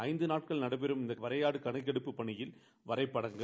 ஐந்து நாட்கள் நடைபெறம் இந்த வரையாடு கணக்கெடுப்பு பணியில் வரையடங்கள்